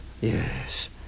Yes